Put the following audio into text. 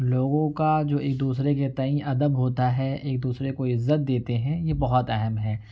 لوگوں کا جو ایک دوسرے کے تئیں ادب ہوتا ہے ایک دوسرے کو عزت دیتے ہیں یہ بہت اہم ہے